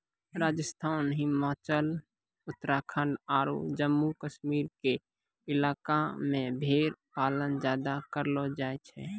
राजस्थान, हिमाचल, उत्तराखंड आरो जम्मू कश्मीर के इलाका मॅ भेड़ पालन ज्यादा करलो जाय छै